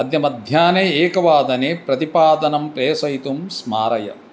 अद्य मध्याह्ने एकवादने प्रतिपादनं प्रेषयितुं स्मारय